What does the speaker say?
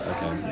Okay